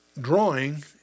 drawing